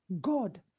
God